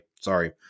Sorry